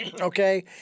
Okay